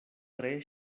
tre